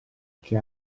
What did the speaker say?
che